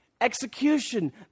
execution